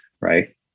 right